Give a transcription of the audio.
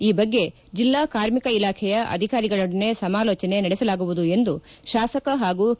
ಈ ಬಗ್ಗೆ ಜಿಲ್ಲಾ ಕಾರ್ಮಿಕ ಇಲಾಖೆಯ ಅಧಿಕಾರಿಗಳೊಡನೆ ಸಮಾಲೋಚನೆ ನಡೆಸಲಾಗುವುದು ಎಂದು ಶಾಸಕ ಹಾಗೂ ಕೆ